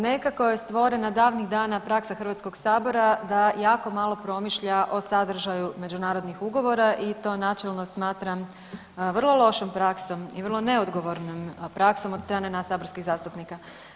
Nekako je stvorena davnih dana praksa HS da jako malo promišlja o sadržaju međunarodnih ugovora i to načelno smatram vrlo lošom praksom i vrlo neodgovornom praksom od strane nas saborskih zastupnika.